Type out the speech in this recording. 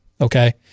okay